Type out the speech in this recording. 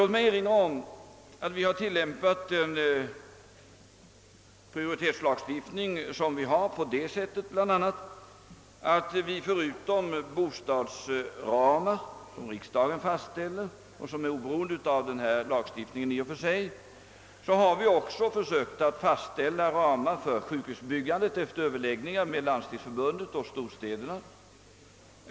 Låt mig erinra om att det har tillämpats en prioritetslagstiftning, bl.a. på det sättet att vi försökt att förutom de bostadsramar, som riksdagen fastställer och som i och för sig är oberoende av denna lagstiftning, även fastställa ramar för sjukhusbyggandet efter överläggningar med Svenska landstingsförbundet och med storstäderna.